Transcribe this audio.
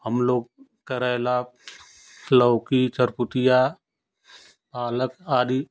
हम लोग करैला लौकी चारकुटिया पालक आदि